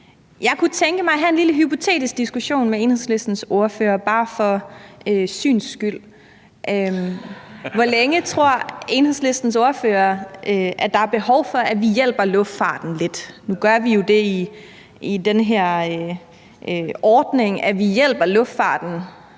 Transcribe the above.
Jeg kunne tænke mig at have en lille hypotetisk diskussion med Enhedslistens ordfører, bare for syns skyld, og spørge: Hvor længe tror Enhedslistens ordfører at der er behov for, at vi hjælper luftfarten lidt? Nu gør vi jo det i den her ordning, at vi hjælper luftfarten